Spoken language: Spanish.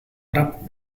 rap